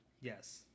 Yes